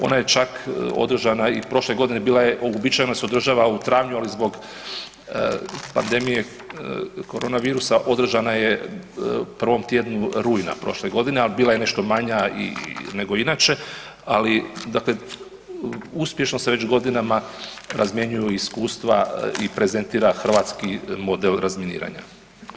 Ona je čak održana i prošle godine, bila je, uobičajeno se održava u travnju ali zbog pandemije korona virusa održana je u prvom tjednu rujna prošle godine, a bila je nešto manja nego inače, ali dakle uspješno se već godinama razmjenjuju iskustva i prezentira hrvatski model razminiranja.